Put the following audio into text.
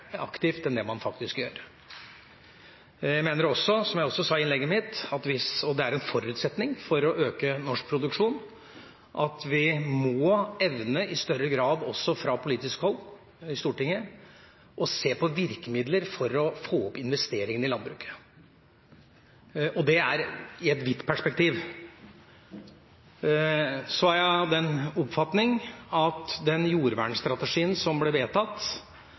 aktivt enn det man faktisk gjør. Jeg mener også, som jeg også sa i innlegget mitt, at det er en forutsetning for å øke norsk produksjon at vi i større grad må evne, også fra politisk hold i Stortinget, å se på virkemidler for å få opp investeringene i landbruket – og det er i et vidt perspektiv. Så er jeg av den oppfatning at den jordvernstrategien som ble vedtatt,